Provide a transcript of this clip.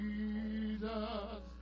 Jesus